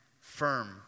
firm